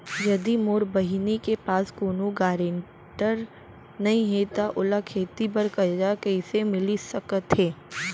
यदि मोर बहिनी के पास कोनो गरेंटेटर नई हे त ओला खेती बर कर्जा कईसे मिल सकत हे?